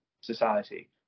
society